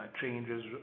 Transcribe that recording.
changes